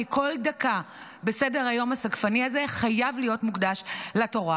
כי כל דקה בסדר הסגפני הזה חייבת להיות מוקדשת לתורה.